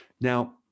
Now